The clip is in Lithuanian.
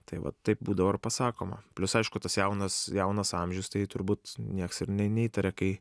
tai vat taip būdavo ir pasakoma plius aišku tas jaunas jaunas amžius tai turbūt nieks ir nei neįtarė kai